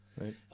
Right